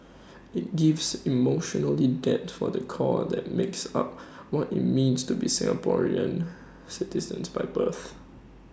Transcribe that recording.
IT gives emotional depth for the core that makes up what IT means to be Singaporean citizens by birth